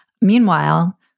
Meanwhile